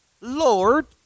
Lord